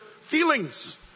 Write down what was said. feelings